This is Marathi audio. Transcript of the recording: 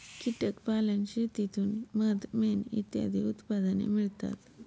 कीटक पालन शेतीतून मध, मेण इत्यादी उत्पादने मिळतात